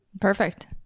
Perfect